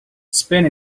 spain